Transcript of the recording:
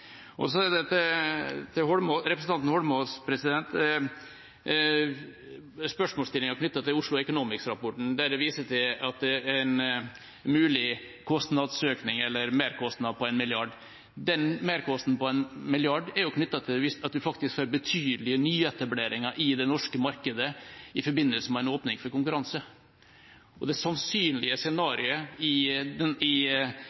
på. Så til representanten Holmås og spørsmålsstillingen knyttet til Oslo Economics-rapporten, der det vises til at det er en mulig merkostnad på 1 mrd. kr. Den merkostnaden på 1 mrd. kr er jo knyttet til at man får betydelige nyetableringer i det norske markedet i forbindelse med en åpning for konkurranse. Det sannsynlige scenarioet i